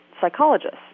psychologists